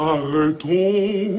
Arrêtons